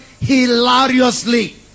hilariously